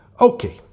Okay